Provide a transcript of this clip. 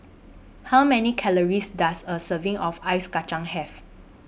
How Many Calories Does A Serving of Ice Kachang Have